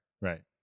Right